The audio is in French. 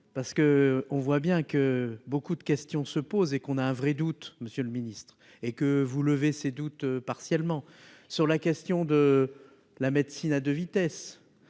parce que on voit bien que beaucoup de questions se posent et qu'on a un vrai doute Monsieur le Ministre et que vous lever ces doutes partiellement sur la question de la médecine à 2 vitesses